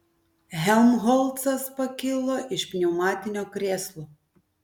helmholcas pakilo iš pneumatinio krėslo